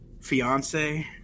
fiance